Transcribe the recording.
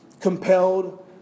compelled